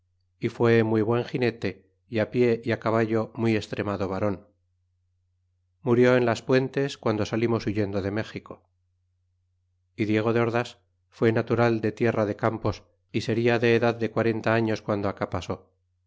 é fue muy buen ginete é pie á caballo muy estremado varon murió en las puentes quando salimos huyendo de méxico y diego de ordas fu natural de tierra de campos y seria de edad de quarenta años quando acá pasó